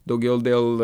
daugiau dėl